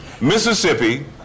Mississippi